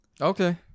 Okay